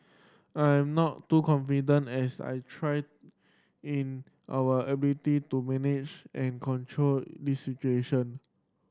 I am not too confident as I trust in our ability to manage and control this situation